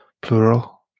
plural